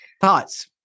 Thoughts